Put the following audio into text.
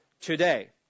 today